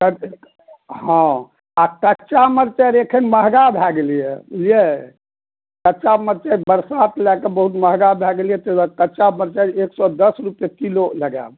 हॅं कच्चा मटर एखन महगा भए गेलैया बुझलियै कच्चा मटर बरसात लए कऽ बहुत महगा भए गेलैया ताहि दुआरे कच्चा मटर एक सए दश रुपआ किलो लगायब